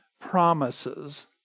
promises